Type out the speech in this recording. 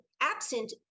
absent